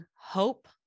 hope